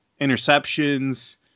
Interceptions